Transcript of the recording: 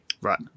Right